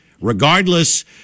Regardless